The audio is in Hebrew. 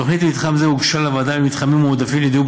התוכנית למתחם זה הוגשה לוועדה למתחמים מועדפים לדיור,